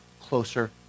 closer